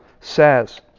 says